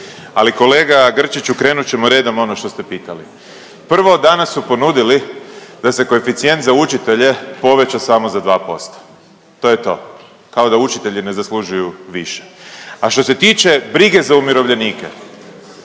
Ali kolega Grčiću krenut ćemo redom ono što ste pitali. Prvo, danas su ponudili da se koeficijent za učitelje poveća samo za 2%. To je to. Kao da učitelji ne zaslužuju više. A što se tiče brige za umirovljenike,